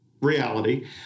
reality